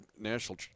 National